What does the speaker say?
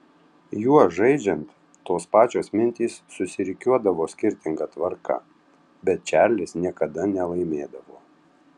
juo žaidžiant tos pačios mintys susirikiuodavo skirtinga tvarka bet čarlis niekada nelaimėdavo